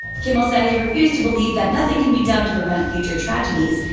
kimmel said he refused to believe that nothing can be done to prevent future tragedies,